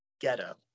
ghetto